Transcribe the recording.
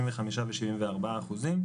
65 ו-74 אחוזים.